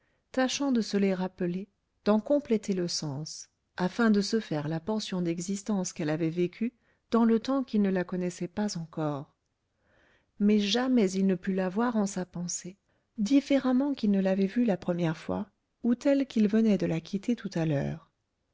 tâchant de se les rappeler d'en compléter le sens afin de se faire la portion d'existence qu'elle avait vécu dans le temps qu'il ne la connaissait pas encore mais jamais il ne put la voir en sa pensée différemment qu'il ne l'avait vue la première fois ou telle qu'il venait de la quitter tout à l'heure